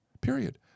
period